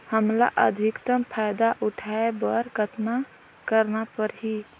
हमला अधिकतम फायदा उठाय बर कतना करना परही?